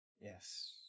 Yes